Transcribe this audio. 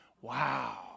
Wow